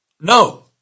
No